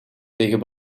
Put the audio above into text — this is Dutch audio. tegen